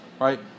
right